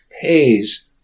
Pays